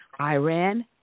Iran